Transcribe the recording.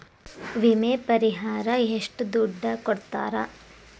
ವಿಮೆ ಪರಿಹಾರ ಎಷ್ಟ ದುಡ್ಡ ಕೊಡ್ತಾರ?